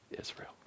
Israel